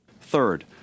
Third